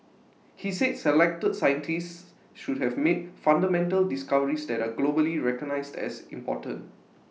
he said selected scientists should have made fundamental discoveries that are globally recognised as important